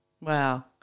Wow